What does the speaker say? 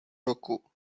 roku